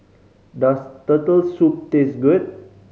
does Turtle Soup taste good